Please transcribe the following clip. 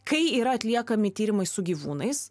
kai yra atliekami tyrimai su gyvūnais